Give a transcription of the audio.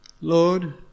Lord